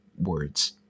words